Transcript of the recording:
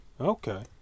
Okay